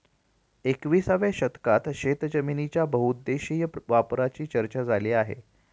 एकविसाव्या शतकात शेतजमिनीच्या बहुउद्देशीय वापराची चर्चा झाली आहे